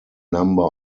number